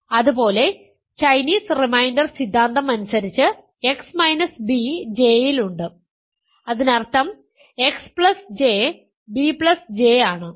അതുപോലെ Chinese remainder സിദ്ധാന്തം അനുസരിച്ച് x b J യിൽ ഉണ്ട് അതിനർത്ഥം xJ bJ ആണ്